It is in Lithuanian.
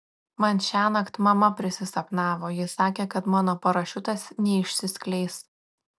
man šiąnakt mama prisisapnavo ji sakė kad mano parašiutas neišsiskleis